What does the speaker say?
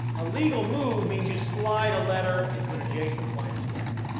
a legal move means you slide a letter into an adjacent blank square.